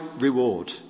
reward